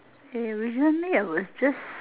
eh really I was just